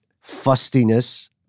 fustiness